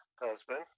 husband